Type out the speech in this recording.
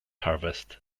harvest